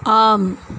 ஆம்